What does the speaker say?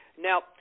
Now